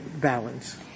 balance